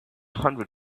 hundred